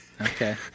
Okay